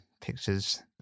Pictures